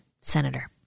Senator